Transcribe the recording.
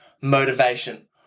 motivation